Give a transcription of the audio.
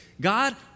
God